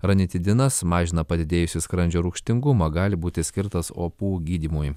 ranitidinas mažina padidėjusį skrandžio rūgštingumą gali būti skirtas opų gydymui